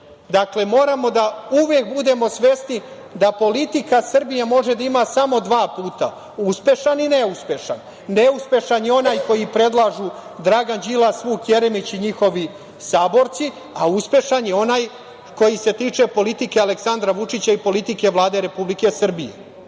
Dakle, moramo da uvek budemo svesni da politika Srbije može da ima samo dva puta, uspešan i neuspešan. Neuspešan je onaj koji predlažu Dragan Đilas, Vuk Jeremić i njihovi saborci, a uspešan je onaj koji se tiče politike Aleksandra Vučića i politike Vlade Republike Srbije